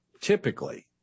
typically